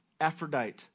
Aphrodite